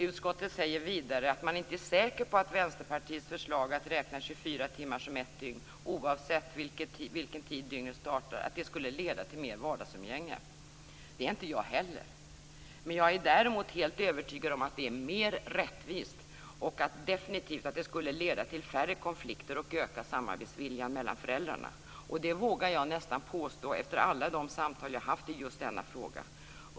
Utskottet säger vidare att man inte är säker på att Vänsterpartiets förslag, att räkna 24 timmar som ett dygn, oavsett vilken tid dygnet startar, skulle leda till mer vardagsumgänge. Det är inte jag heller, men jag är däremot helt övertygad om att det är mer rättvist och att det definitivt skulle leda till färre konflikter och öka samarbetsviljan hos föräldrarna. Detta vågar jag påstå efter alla de samtal jag haft i just denna fråga.